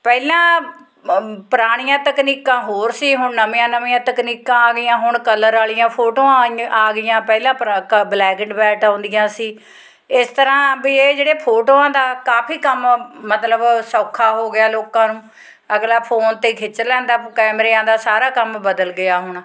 ਪਹਿਲਾਂ ਪੁਰਾਣੀਆਂ ਤਕਨੀਕਾਂ ਹੋਰ ਸੀ ਹੁਣ ਨਵੀਆਂ ਨਵੀਆਂ ਤਕਨੀਕਾਂ ਆ ਗਈਆਂ ਹੁਣ ਕਲਰ ਵਾਲੀਆਂ ਫੋਟੋਆਂ ਆਂਗ ਆ ਗਈਆਂ ਪਹਿਲਾਂ ਪਰਾਕਾ ਬਲੈਕ ਐਂਡ ਵੈਟ ਆਉਂਦੀਆਂ ਸੀ ਇਸ ਤਰ੍ਹਾਂ ਵੀ ਇਹ ਜਿਹੜੇ ਫੋਟੋਆਂ ਦਾ ਕਾਫੀ ਕੰਮ ਮਤਲਬ ਸੌਖਾ ਹੋ ਗਿਆ ਲੋਕਾਂ ਨੂੰ ਅਗਲਾ ਫੋਨ 'ਤੇ ਹੀ ਖਿੱਚ ਲੈਂਦਾ ਕੈਮਰਿਆਂ ਦਾ ਸਾਰਾ ਕੰਮ ਬਦਲ ਗਿਆ ਹੁਣ